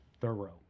thorough